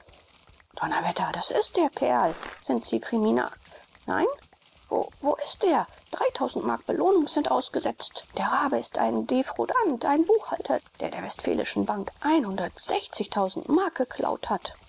donnerwetter das ist der kerl sind sie krimina nein wo wo ist er mark belohnung sind ausgesetzt der rabe ist ein defraudant ein buchhalter der der westfälischen bank mark geklaut hat